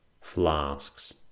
flasks